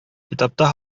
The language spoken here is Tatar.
китапта